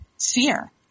fear